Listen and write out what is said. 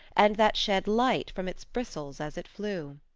and that shed light from its bristles as it flew.